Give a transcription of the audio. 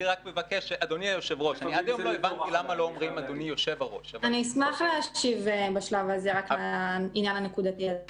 אדוני היושב-ראש -- אני אשמח להשיב בשלב הזה לעניין הנקודתי הזה.